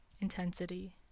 intensity